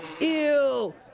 Ew